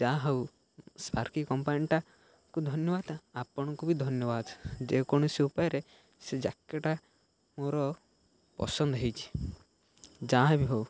ଯାହା ହଉ ସ୍ପାର୍କି କମ୍ପାନୀଟାକୁ ଧନ୍ୟବାଦ ଆପଣଙ୍କୁ ବି ଧନ୍ୟବାଦ ଯେକୌଣସି ଉପାୟରେ ସେ ଜ୍ୟାକେଟ୍ଟା ମୋର ପସନ୍ଦ ହେଇଛି ଯାହା ବିି ହଉ